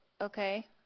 okay